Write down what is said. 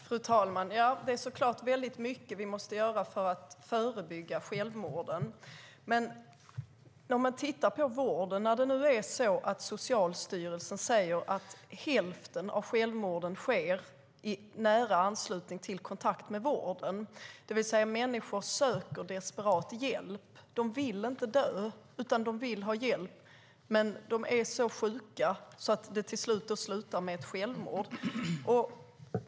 Fru talman! Det är såklart väldigt mycket vi måste göra för att förebygga självmord. Socialstyrelsen säger att hälften av självmorden sker i nära anslutning till kontakt med vården. Det visar att människor desperat söker hjälp. De vill inte dö, utan de vill ha hjälp, men de är så sjuka att det ändå slutar med ett självmord.